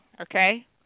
okay